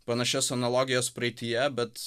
panašias analogijas praeityje bet